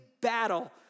battle